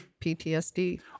PTSD